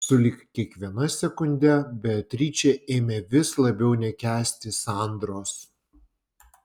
sulig kiekviena sekunde beatričė ėmė vis labiau nekęsti sandros